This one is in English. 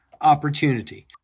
opportunity